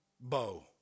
bow